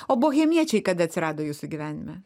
o bohemiečiai kad atsirado jūsų gyvenime